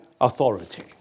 authority